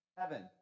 Heaven